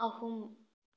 ꯑꯍꯨꯝ